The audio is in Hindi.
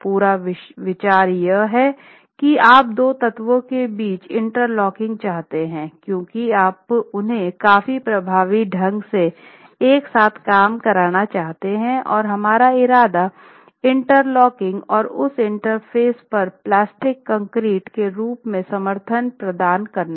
पूरा विचार यह है कि आप दो तत्वों के बीच इंटरलॉकिंग चाहते हैं क्योंकि आप उन्हें काफी प्रभावी ढंग से एक साथ काम कराना चाहते हैं और हमारा इरादा इंटरलॉकिंग और उस इंटरफेस पर प्लास्टिक कंक्रीट के रूप में समर्थन प्रदान करना है